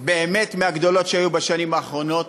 באמת מהגדולות שהיו בשנים האחרונות.